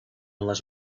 les